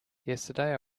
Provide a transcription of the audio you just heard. yesterday